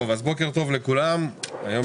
בוקר טוב, אני מתכבד לפתוח את ישיבת ועדת הכספים.